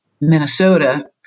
Minnesota